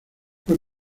pues